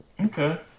Okay